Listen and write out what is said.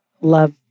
love